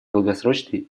долгосрочной